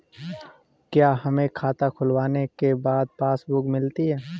क्या हमें खाता खुलवाने के बाद पासबुक मिलती है?